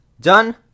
Done